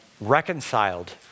reconciled